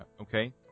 Okay